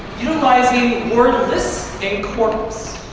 utilizing word lists and corpus.